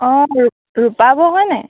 অ' ৰূপা বৌ হয় নাই